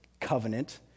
covenant